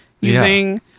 using